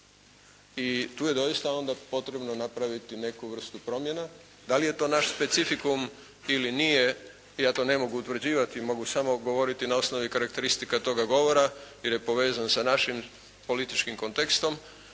I tu je doista onda potrebno napraviti neku vrstu promjena. Da li je to naš specifikum ili nije ja to ne mogu utvrđivati. Mogu samo govoriti na osnovi karakteristika toga govora, jer je povezan sa našim političkim kontekstom